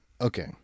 okay